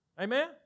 Amen